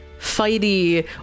fighty